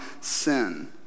sin